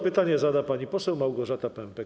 Pytanie zada pani poseł Małgorzata Pępek.